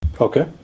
Okay